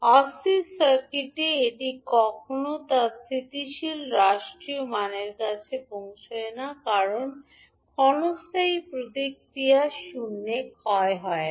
অস্থির সার্কিটে এটি কখনও তার স্থিতিশীল রাষ্ট্রীয় মানের কাছে পৌঁছায় না কারণ ক্ষণস্থায়ী প্রতিক্রিয়া শূন্যে ক্ষয় হয় না